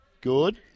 Good